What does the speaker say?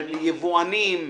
של יבואנים.